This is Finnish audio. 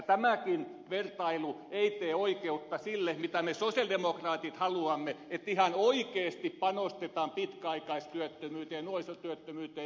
tämäkään vertailu ei tee oikeutta sille mitä me sosialidemokraatit haluamme että ihan oikeasti panostetaan pitkäaikaistyöttömyyteen ja nuorisotyöttömyyteen